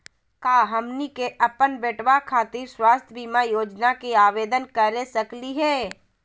का हमनी के अपन बेटवा खातिर स्वास्थ्य बीमा योजना के आवेदन करे सकली हे?